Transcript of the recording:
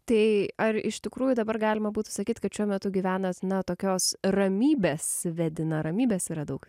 tai ar iš tikrųjų dabar galima būtų sakyt kad šiuo metu gyvenat na tokios ramybės vedina ramybės yra daug